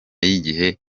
y’igihe